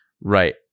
right